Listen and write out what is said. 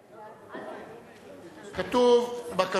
כתוב.